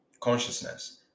consciousness